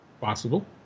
Possible